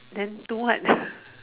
then do what